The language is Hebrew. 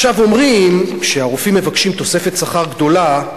עכשיו, אומרים שהרופאים מבקשים תוספת שכר גדולה,